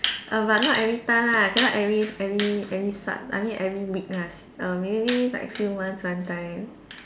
but not everytime ah cannot every every every sat~ I mean every week lah s~ err maybe like few months one time